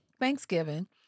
Thanksgiving